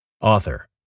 Author